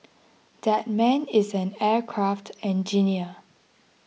that man is an aircraft engineer